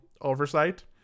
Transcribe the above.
oversight